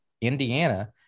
Indiana